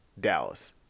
Dallas